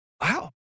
wow